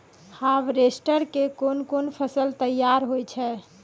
Harvester के कोन कोन फसल तैयार होय छै?